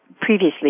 previously